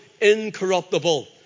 incorruptible